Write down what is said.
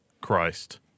Christ